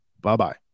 bye-bye